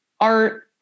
art